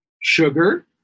sugar